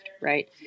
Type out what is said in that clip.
right